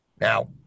now